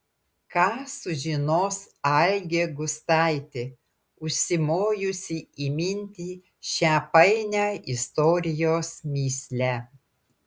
ką sužinos algė gustaitė užsimojusi įminti šią painią istorijos mįslę